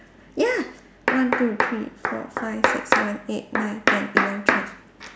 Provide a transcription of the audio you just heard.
ya one two three four five six seven eight nine ten eleven twelve